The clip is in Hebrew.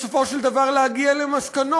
בסופו של דבר להגיע למסקנות,